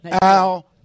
Al